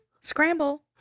Scramble